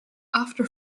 after